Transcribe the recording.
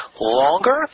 longer